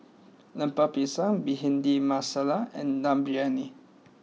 Lemper Pisang Bhindi Masala and Dum Briyani